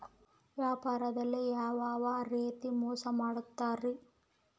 ವ್ಯಾಪಾರದಲ್ಲಿ ಯಾವ್ಯಾವ ರೇತಿ ಮೋಸ ಮಾಡ್ತಾರ್ರಿ?